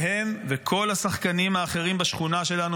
והם וכל השחקנים האחרים בשכונה שלנו,